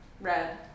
red